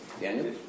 Daniel